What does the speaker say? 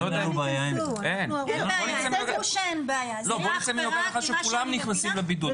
נצא מנקודת הנחה שכולם נכנסים לבידוד,